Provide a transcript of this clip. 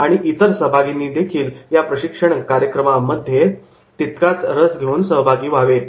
आणि इतर सहभागींनी देखील या प्रशिक्षण कार्यक्रमामध्ये तितकाच रस घेऊन सहभागी व्हावे